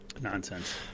Nonsense